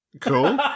Cool